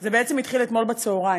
זה בעצם התחיל אתמול בצהריים,